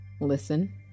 Listen